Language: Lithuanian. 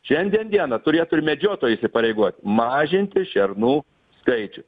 šiandien dieną turėtų ir medžiotojai įsipareigot mažinti šernų skaičių